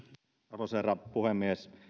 arvoisa herra puhemies